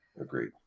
agreed